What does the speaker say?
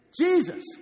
Jesus